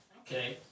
Okay